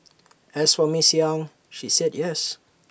as for miss yang she said yes